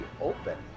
open